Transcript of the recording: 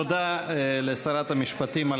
תודה לשרת המשפטים.